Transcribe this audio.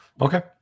Okay